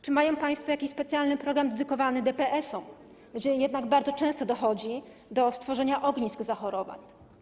Czy mają państwo jakiś specjalny program dedykowany DPS-om, gdzie jednak bardzo często dochodzi do stworzenia ognisk zachorowań?